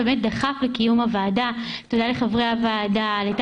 אז תודה על קיום הוועדה ולחברי הוועדה וטלי